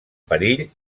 perill